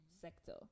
sector